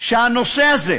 שהנושא הזה,